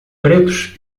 pretos